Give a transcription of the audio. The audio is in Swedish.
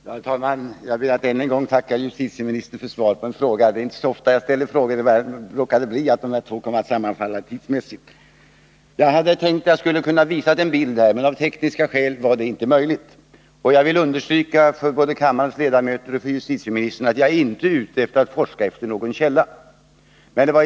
Herr talman! Jag ber att än en gång få tacka justitieministern för svaret på en fråga. Det är inte så ofta jag ställer frågor — det råkade bara bli så att de här två frågorna kom att sammanfalla tidsmässigt. Jag hade tänkt visa en bild, men av tekniska skäl var det inte möjligt. Jag vill understryka både för kammarens ledamöter och för justitieministern att jag inte är ute efter att forska efter någon källa.